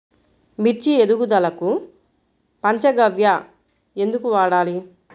మిర్చి ఎదుగుదలకు పంచ గవ్య ఎందుకు వాడాలి?